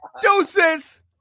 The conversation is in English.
Deuces